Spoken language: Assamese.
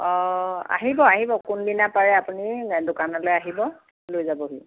অঁ আহিব আহিব কোনোদিনা পাৰে আপুনি দোকানলৈ আহিব লৈ যাবহি